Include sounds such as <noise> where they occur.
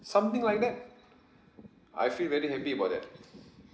something like that I feel very happy about that <breath>